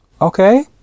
okay